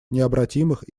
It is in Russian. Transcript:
необратимых